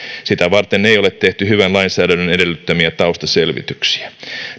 sitä varten ei ole tehty hyvän lainsäädännön edellyttämiä taustaselvityksiä